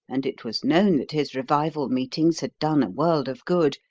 and it was known that his revival meetings had done a world of good,